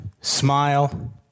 smile